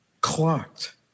clocked